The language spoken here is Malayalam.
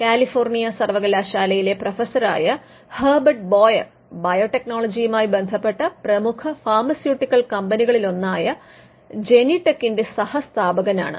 കാലിഫോർണിയ സർവകലാശാലയിലെ പ്രൊഫസറായ ഹെർബർട്ട് ബോയർ ബിയോടെക്നോളോജിയുമായി ബന്ധപ്പെട്ട പ്രമുഖ ഫാർമസ്യൂട്ടിക്കൽ കമ്പനികളിലൊന്നായ ജനിടെക്കിന്റെ സഹസ്ഥാപകനാണ്